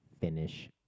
Finish